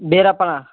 Beerappana